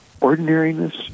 ordinariness